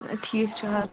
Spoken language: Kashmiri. ٹھیٖک چھُ حظ